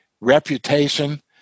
reputation